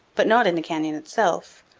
but not in the canyon itself,